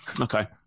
okay